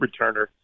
returner